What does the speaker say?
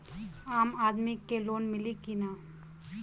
आम आदमी के लोन मिली कि ना?